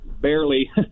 barely